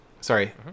sorry